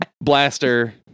blaster